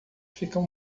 ficam